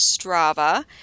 Strava